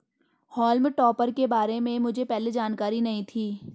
हॉल्म topper के बारे में मुझे पहले जानकारी नहीं थी